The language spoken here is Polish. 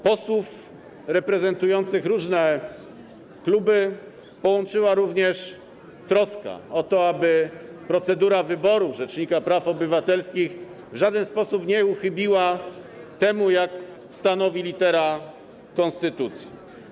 Posłów reprezentujących różne kluby połączyła również troska o to, aby procedura wyboru rzecznika praw obywatelskich w żaden sposób nie uchybiła temu, co stanowi litera konstytucji.